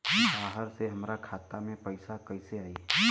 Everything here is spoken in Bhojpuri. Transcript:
बाहर से हमरा खाता में पैसा कैसे आई?